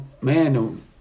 man